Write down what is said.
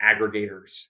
aggregators